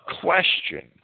question